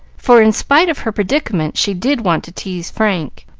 for in spite of her predicament she did want to tease frank.